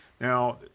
Now